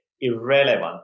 irrelevant